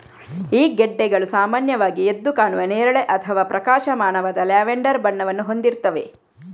ಈ ಗೆಡ್ಡೆಗಳು ಸಾಮಾನ್ಯವಾಗಿ ಎದ್ದು ಕಾಣುವ ನೇರಳೆ ಅಥವಾ ಪ್ರಕಾಶಮಾನವಾದ ಲ್ಯಾವೆಂಡರ್ ಬಣ್ಣವನ್ನು ಹೊಂದಿರ್ತವೆ